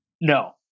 no